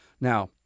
Now